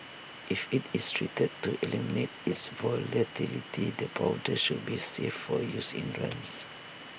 if IT is treated to eliminate its volatility the powder should be safe for use in runs